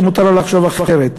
שמותר לה לחשוב אחרת.